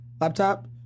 laptop